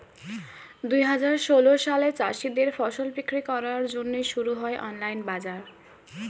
দুহাজার ষোল সালে চাষীদের ফসল বিক্রি করার জন্যে শুরু হয় অনলাইন বাজার